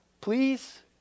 please